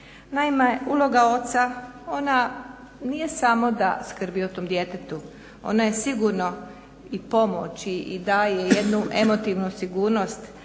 oca ona nije samo da skrbi o tom djetetu, ona je sigurno i pomoć i daje jednu emotivnu sigurnost